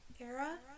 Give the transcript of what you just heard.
era